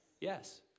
Yes